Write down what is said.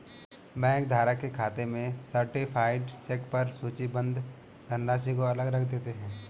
bank धारक के खाते में सर्टीफाइड चेक पर सूचीबद्ध धनराशि को अलग रख देते हैं